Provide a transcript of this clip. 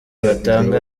batanga